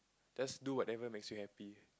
just do whatever makes you happy